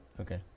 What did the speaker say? Okay